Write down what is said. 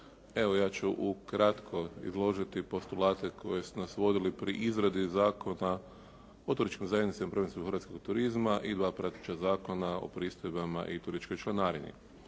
Evo ja ću ukratko izložiti postulate koji su nas vodili pri izradi Zakona o turističkim zajednicama i promicanju hrvatskog turizma i dva prateća Zakona o pristojbama i turističkoj članarini.